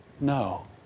No